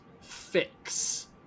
fix